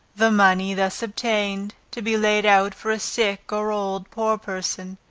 the money thus obtained, to be laid out for a sick or old poor person.